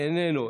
איננו.